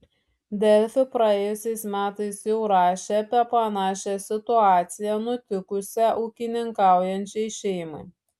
delfi praėjusiais metais jau rašė apie panašią situaciją nutikusią ūkininkaujančiai šeimai